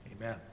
Amen